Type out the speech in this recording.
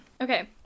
okay